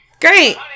Great